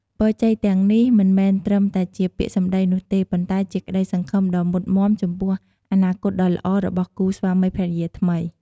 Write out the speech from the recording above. ពរជ័យទាំងនេះមិនមែនត្រឹមតែជាពាក្យសំដីនោះទេ ប៉ុន្តែជាក្ដីសង្ឃឹមដ៏មុតមាំចំពោះអនាគតដ៏ល្អរបស់គូស្វាមីភរិយាថ្មី។